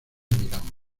milán